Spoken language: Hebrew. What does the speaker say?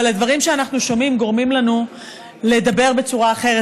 אבל הדברים שאנחנו שומעים גורמים לנו לדבר בצורה אחרת,